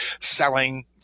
selling